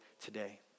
today